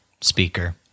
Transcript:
speaker